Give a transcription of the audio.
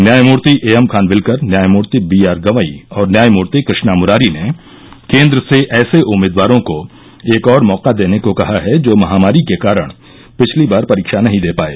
न्यायमूर्ति ए एमखानविल्कर न्यायमूर्ति बीआर गवई और न्यायमूर्ति कृष्णा मुसरी ने केन्द्र से ऐसे उम्मीदवारों को एक और मौका देने को कहा है जो महामारी के कारण पिछली बार परीक्षा नहीं दे पाए